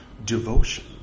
devotion